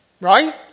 Right